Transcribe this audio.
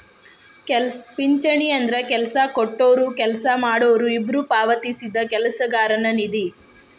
ಪಿಂಚಣಿ ಅಂದ್ರ ಕೆಲ್ಸ ಕೊಟ್ಟೊರು ಕೆಲ್ಸ ಮಾಡೋರು ಇಬ್ಬ್ರು ಪಾವತಿಸಿದ ಕೆಲಸಗಾರನ ನಿಧಿ